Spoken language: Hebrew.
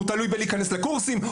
הוא תלוי בלהיכנס לקורסים,